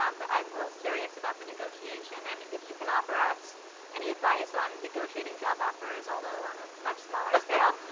um but i'm most curious about the negotiation and if you can offer us any advice on negotiating job offers, although on a much smaller scale?